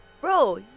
Bro